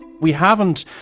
we haven't,